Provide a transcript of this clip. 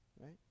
Right